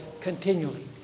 continually